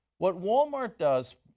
what walmart does,